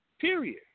Period